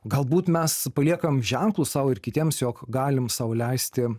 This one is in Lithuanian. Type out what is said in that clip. galbūt mes paliekam ženklus sau ir kitiems jog galim sau leisti